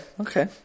okay